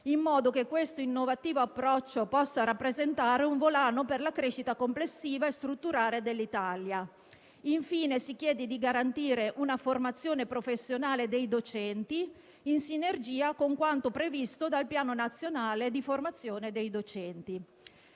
in modo che questo innovativo approccio possa rappresentare un volano per la crescita complessiva e strutturare dell'Italia. Infine, si chiede di garantire una formazione professionale dei docenti, in sinergia con quanto previsto dal Piano nazionale di formazione del personale